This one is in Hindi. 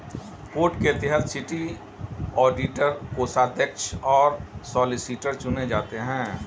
कोड के तहत सिटी ऑडिटर, कोषाध्यक्ष और सॉलिसिटर चुने जाते हैं